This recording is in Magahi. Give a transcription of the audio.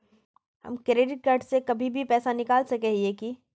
हम क्रेडिट कार्ड से कहीं भी पैसा निकल सके हिये की?